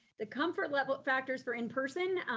the comfort level factors for in-person.